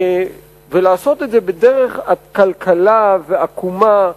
ולעשות את זה בדרך עקלקלה ועקומה,